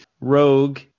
Rogue